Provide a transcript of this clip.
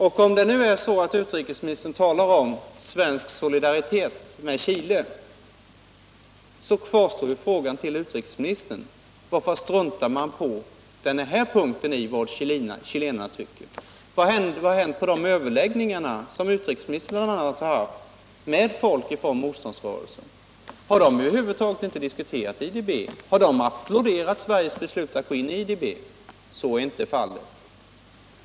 Om nu utrikesministern talar om svensk solidaritet med Chile, så kvarstår ju frågan till utrikesministern: Varför struntar man på den här punkten i vad chilenarna tycker? Vad har hänt vid de överläggningar som utrikesministern har haft med folk från motståndsrörelsen? Har de över huvud taget inte diskuterat IDB? Har de applåderat Sveriges beslut att gå in i IDB? Så är inte fallet.